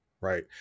right